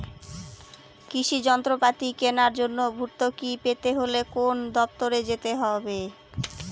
কৃষি যন্ত্রপাতি কেনার জন্য ভর্তুকি পেতে হলে কোন দপ্তরে যেতে হবে?